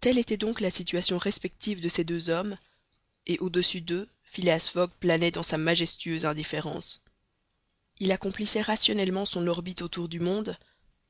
telle était donc la situation respective de ces deux hommes et au-dessus d'eux phileas fogg planait dans sa majestueuse indifférence il accomplissait rationnellement son orbite autour du monde